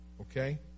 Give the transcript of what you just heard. Okay